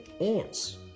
ants